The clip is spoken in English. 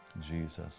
Jesus